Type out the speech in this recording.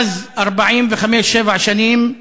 אחרי 45 47 שנים,